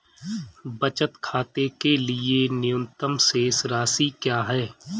बचत खाते के लिए न्यूनतम शेष राशि क्या है?